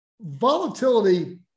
volatility